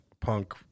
punk